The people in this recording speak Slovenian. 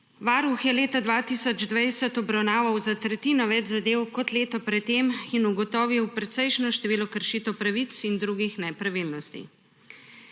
Varuh je leta 2020 obravnaval za tretjino več zadev kot leto pred tem in ugotovil precejšnje število kršitev pravic in drugih nepravilnosti.